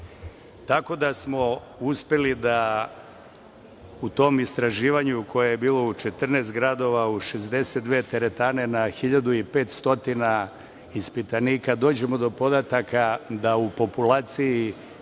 Tako da smo uspeli da u tom istraživanju, koje je bilo u 14 gradova, u 62 teretane, na 1500 ispitanika, dođemo do podataka da u populaciji